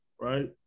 right